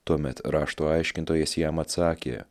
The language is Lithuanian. tuomet rašto aiškintojas jam atsakė